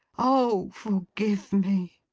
oh forgive me